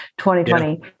2020